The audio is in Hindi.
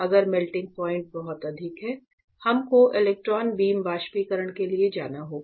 अगर मेल्टिंग पॉइंट बहुत अधिक है हम को इलेक्ट्रॉन बीम वाष्पीकरण के लिए जाना होगा